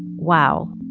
wow,